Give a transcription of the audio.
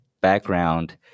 background